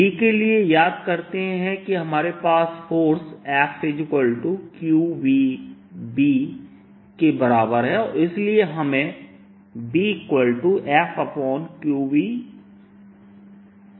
Bके लिए याद करते हैं कि हमारे पास फोर्स FqvB के बराबर है और इसलिए हमें BFqvमिलता है